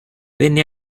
venne